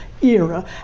era